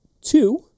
Two